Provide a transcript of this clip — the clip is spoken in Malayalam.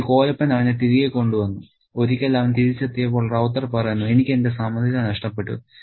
ഒടുവിൽ കോലപ്പൻ അവനെ തിരികെ കൊണ്ടുവന്നു ഒരിക്കൽ അവൻ തിരിച്ചെത്തിയപ്പോൾ റൌത്തർ പറയുന്നു എനിക്ക് എന്റെ സമനില നഷ്ടപ്പെട്ടു